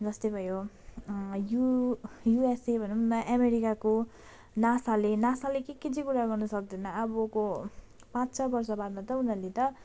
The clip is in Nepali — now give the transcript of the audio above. जस्तै भयो यु युएसए भनौँ न अमेरिकाको नासाले नासाले के के चाहिँ कुरा गर्न सक्दैन अबको पाँच छ वर्ष बादमा त उनीहरूले त